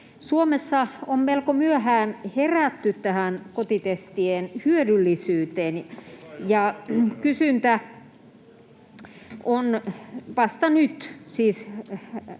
Suomessa on melko myöhään herätty tähän kotitestien hyödyllisyyteen, ja kysyntä on siis vasta nyt